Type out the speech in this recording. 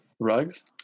Rugs